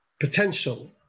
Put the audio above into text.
potential